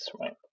right